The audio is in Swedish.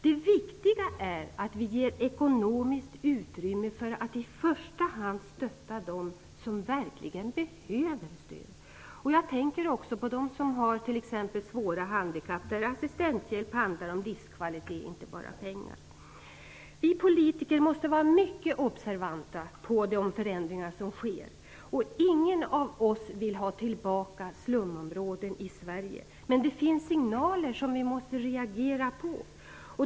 Det viktiga är att vi ger ekonomiskt utrymme för att i första hand stötta dem som verkligen behöver stöd. Jag tänker också på dem som har svåra handikapp, där assistenthjälp handlar om livskvalitet och inte bara pengar. Vi politiker måste vara mycket observanta på de förändringar som sker. Ingen av oss vill ha tillbaka slumområden i Sverige. Men det finns signaler som vi måste reagera på.